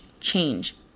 change